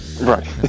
Right